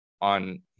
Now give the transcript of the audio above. on